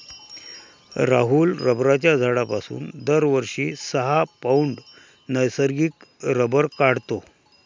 राहुल रबराच्या झाडापासून दरवर्षी सहा पौंड नैसर्गिक रबर काढतो